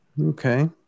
Okay